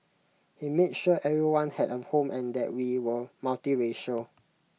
he made sure everyone had A home and that we were multiracial